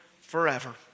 forever